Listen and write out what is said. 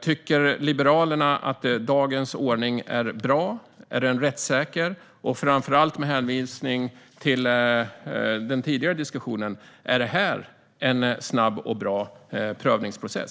Tycker Liberalerna att dagens ordning är bra? Är den rättssäker? Och framför allt, med hänvisning till den tidigare diskussionen: Är det här en snabb och bra prövningsprocess?